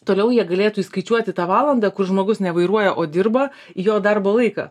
toliau jie galėtų įskaičiuoti tą valandą kur žmogus nevairuoja o dirba į jo darbo laiką